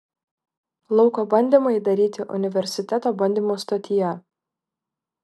lauko bandymai daryti universiteto bandymų stotyje